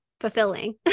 fulfilling